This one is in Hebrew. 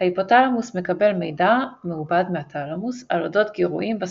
ההיפותלמוס מקבל מידע מעובד מהתלמוס על אודות גירויים בסביבה,